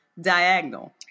diagonal